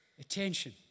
Attention